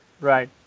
right